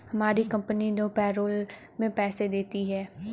हमारी कंपनी दो पैरोल में पैसे देती है